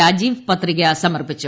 രാജീവ് പത്രിക സമർപ്പിച്ചു